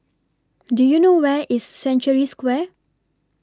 Do YOU know Where IS Century Square